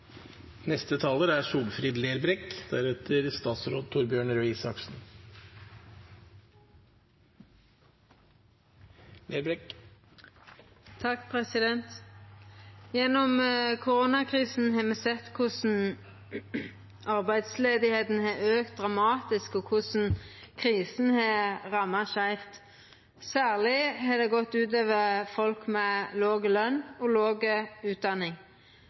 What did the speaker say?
Gjennom koronakrisa har me sett korleis arbeidsløysa har auka dramatisk, og korleis krisa har ramma skeivt. Særleg har det gått ut over folk med låg løn og låg utdanning